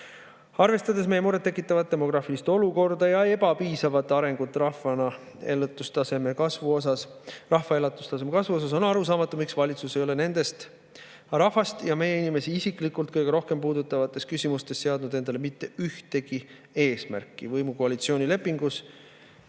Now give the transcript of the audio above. meie murettekitavat demograafilist olukorda ja ebapiisavat arengut rahva elatustaseme kasvu mõttes on arusaamatu, miks valitsus ei ole rahvast, meie inimesi, isiklikult kõige rohkem puudutavates küsimustes seadnud endale mitte ühtegi eesmärki. Võimukoalitsiooni lepingus